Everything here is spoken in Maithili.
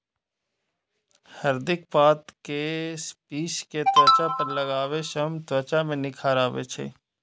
हरदिक पात कें पीस कें त्वचा पर लगाबै सं त्वचा मे निखार आबै छै